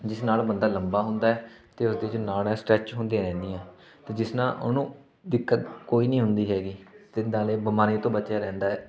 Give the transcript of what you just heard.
ਜਿਸ ਨਾਲ ਬੰਦਾ ਲੰਬਾ ਹੁੰਦਾ ਹੈ ਅਤੇ ਉਸਦੀ ਜੋ ਨਾੜਾਂ ਸਟਰੈਚ ਹੁੰਦੀਆਂ ਰਹਿੰਦੀਆਂ ਜਿਸ ਨਾਲ ਉਹਨੂੰ ਦਿੱਕਤ ਕੋਈ ਨਹੀਂ ਹੁੰਦੀ ਹੈਗੀ ਅਤੇ ਨਾਲੇ ਬਿਮਾਰੀ ਤੋਂ ਬਚਿਆ ਰਹਿੰਦਾ ਹੈ